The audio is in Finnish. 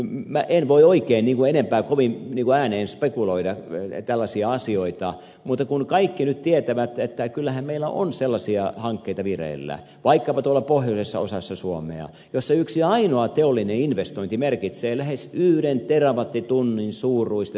minä en voi kovin paljon enempää ääneen spekuloida tällaisia asioita mutta kuten kaikki nyt tietävät kyllähän meillä on sellaisia hankkeita vireillä vaikkapa tuolla pohjoisessa osassa suomea jossa yksi ainoa teollinen investointi merkitsee lähes yhden terawattitunnin suuruista sähkönkulutuksen kasvua